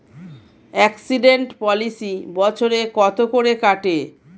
Accident policy বছরে কত করে কাটে?